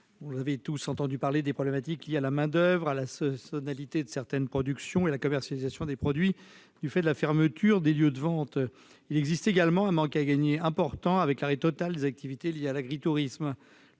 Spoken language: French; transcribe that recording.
par la crise. Au-delà des problématiques liées à la main-d'oeuvre, à la saisonnalité de certaines productions et à la commercialisation des produits du fait de la fermeture des lieux de vente, il existe également un manque à gagner important avec l'arrêt total des activités liées à l'agritourisme.